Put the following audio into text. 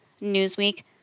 Newsweek